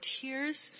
tears